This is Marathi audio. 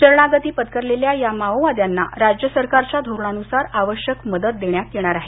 शरणागती पत्करलेल्या या माओवाद्यांना राज्य सरकारच्या धोरणानुसार आवश्यक मदत देण्यात येणार आहे